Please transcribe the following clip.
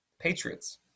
Patriots